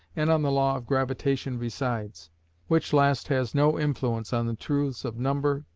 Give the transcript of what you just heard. and on the law of gravitation besides which last has no influence on the truths of number,